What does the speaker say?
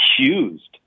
accused